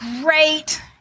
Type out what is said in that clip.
Great